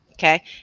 Okay